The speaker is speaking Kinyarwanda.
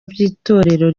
by’itorero